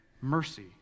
mercy